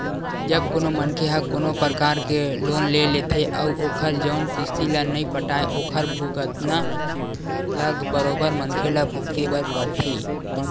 जब कोनो मनखे ह कोनो परकार के लोन ले लेथे अउ ओखर जउन किस्ती ल नइ पटाय ओखर भुगतना ल बरोबर मनखे ल भुगते बर परथे